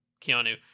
Keanu